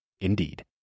Indeed